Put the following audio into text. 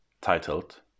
titled